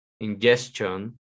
ingestion